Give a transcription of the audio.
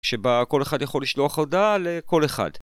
שבה כל אחד יכול לשלוח הודעה לכל אחד.